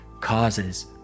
causes